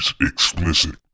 explicit